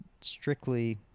strictly